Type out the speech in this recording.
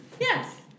Yes